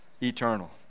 Eternal